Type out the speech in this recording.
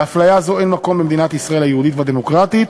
להפליה זו אין מקום במדינת ישראל היהודית והדמוקרטית,